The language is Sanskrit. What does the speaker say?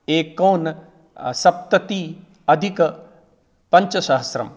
एकोन सप्तति अधिकपञ्चसहस्रम्